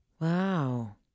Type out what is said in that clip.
Wow